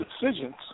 decisions